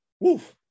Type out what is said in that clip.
woof